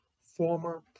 former